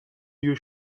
you